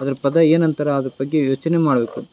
ಅದ್ರ ಪದ ಏನಂತರೆ ಅದ್ರ ಬಗ್ಗೆ ಯೋಚನೆ ಮಾಡಬೇಕು